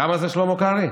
כמה זה, שלמה קרעי?